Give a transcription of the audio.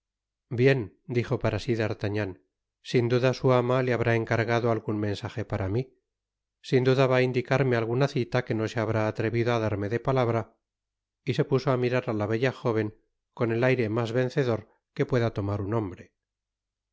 bien dijo para sí d'artagnan sin duda su ama le habrá encargado algun mensaje para mi sin duda va á indicarme alguna cita que no se habrá atrevido á darme de palabra y se puso á mirar á la bella jóven con el aire mas vencedor que pueda tomar un hombre